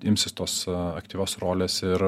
imsis tos aktyvios rolės ir